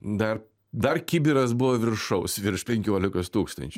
dar dar kibiras buvo viršaus virš penkiolikos tūkstančių